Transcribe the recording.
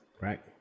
Right